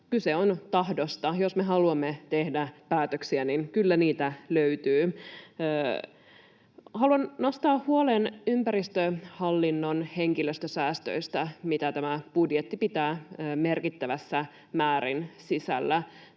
Kyse on tahdosta. Jos me haluamme tehdä päätöksiä, niin kyllä niitä löytyy. Haluan nostaa huolen ympäristöhallinnon henkilöstösäästöistä, mitä tämä budjetti pitää merkittävässä määrin sisällään.